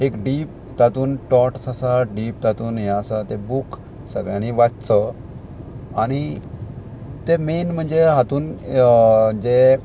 एक डीप तातूंत टॉट्स आसा डीप तातून हें आसा तें बूक सगळ्यांनी वाचचो आनी तें मेन म्हणजे हातून जे